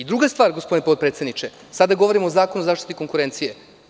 Druga stvar, gospodine potpredsedniče, sada govorim o Zakonu o zaštiti konkurencije.